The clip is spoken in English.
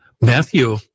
Matthew